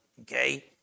okay